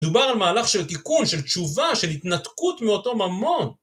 דובר על מהלך של תיקון, של תשובה, של התנתקות מאותו ממון.